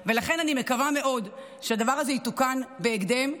ולכן, אני מקווה מאוד שהדבר הזה יתוקן בהקדם.